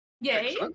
Yay